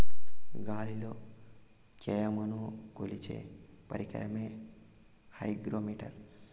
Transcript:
గాలిలో త్యమను కొలిచే పరికరమే హైగ్రో మిటర్